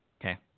Okay